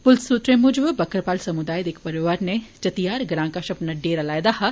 पुलस सूत्रे मूजब बक्करवाल समुदाय दे इक परौआर नै चातियार ग्रां कश अपना डेरा लाए दा हा